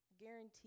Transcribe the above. guarantee